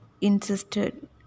insisted